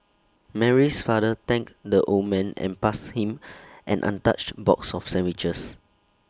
Mary's father thanked the old man and passed him an untouched box of sandwiches